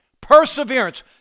Perseverance